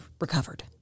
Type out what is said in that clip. recovered